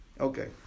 Okay